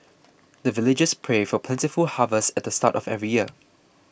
the villagers pray for plentiful harvest at the start of every year